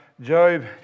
Job